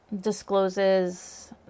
discloses